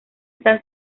están